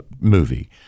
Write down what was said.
movie